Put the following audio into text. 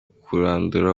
kurandura